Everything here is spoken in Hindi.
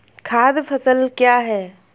खाद्य फसल क्या है?